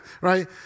right